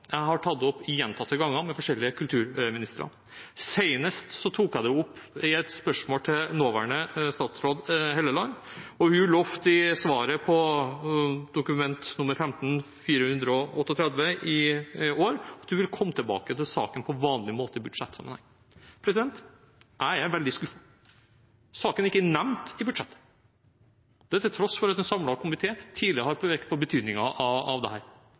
Jeg har tatt det opp gjentatte ganger, med forskjellige kulturministre. Senest tok jeg det opp i et spørsmål til nåværende statsråd Helleland, og hun lovte i år i svaret på Dokument nr. 15:438 for 2015–2016 at hun ville komme tilbake til saken på vanlig måte, i budsjettsammenheng. Jeg er veldig skuffet. Saken er ikke nevnt i budsjettet, til tross for at en samlet komité tidligere har pekt på betydningen av dette. Nå er det